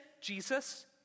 Jesus